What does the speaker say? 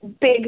big